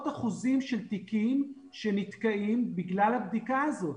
אחוזים של תיקים שנתקעים בגלל הבדיקה הזאת.